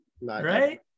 Right